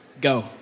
go